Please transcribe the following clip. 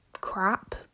crap